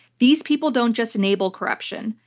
these people don't just enable corruption.